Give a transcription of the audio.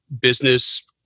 business